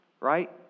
right